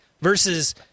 Versus